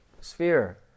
sphere